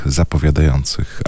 zapowiadających